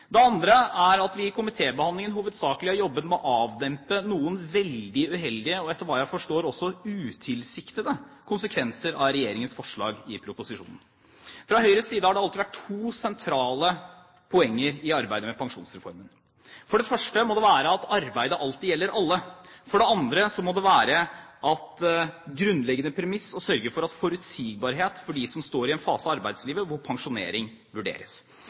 Den andre er at vi i komitébehandlingen hovedsakelig har jobbet med å avdempe noen veldig uheldige og, etter hva jeg forstår, også utilsiktede konsekvenser av Regjeringens forslag i proposisjonen. Fra Høyres side har det alltid vært to sentrale poenger i arbeidet med Pensjonsreformen. For det første må det være at arbeidet alltid gjelder alle. For det andre må det være en grunnleggende premiss å sørge for forutsigbarhet for dem som står i en fase i arbeidslivet hvor pensjonering vurderes.